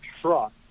truck